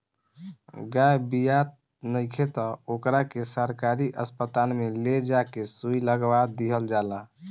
गाय बियात नइखे त ओकरा के सरकारी अस्पताल में ले जा के सुई लगवा दीहल जाला